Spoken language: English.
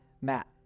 Matt